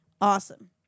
Awesome